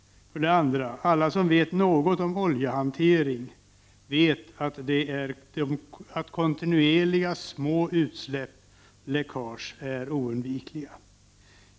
För det andra: Alla som vet något om oljehantering vet att kontinuerliga små utsläpp, läckage, är oundvikliga.